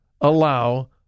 allow